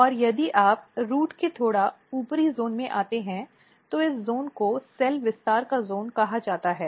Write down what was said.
और फिर यदि आप रूट के थोड़ा ऊपरी जोन में आते हैं तो इस जोन को सेल विस्तार का जोन कहा जाता है